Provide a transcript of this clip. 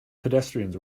pedestrians